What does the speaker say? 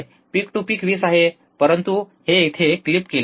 peak to peak 20 आहे परंतु हे येथे क्लिप केले आहे